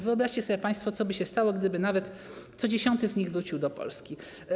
Wyobraźcie sobie państwo, co by się stało, gdyby nawet co dziesiąty z nich wrócił do Polski.